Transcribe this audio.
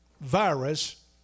virus